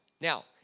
Now